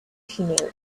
ginebra